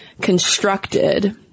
constructed